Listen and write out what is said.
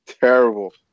terrible